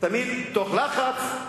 תמיד מתוך לחץ,